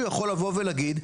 ואני יכול לקרוא כאן